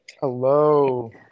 Hello